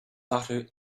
butter